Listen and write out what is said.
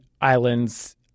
islands